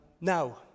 now